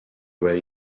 way